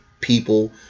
people